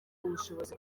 ubushobozi